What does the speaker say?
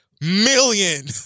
million